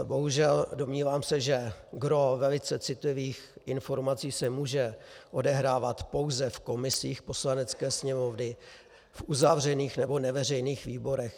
Bohužel, domnívám se, že gros velice citlivých informací se může odehrávat pouze v komisích Poslanecké sněmovny, v uzavřených nebo neveřejných výborech.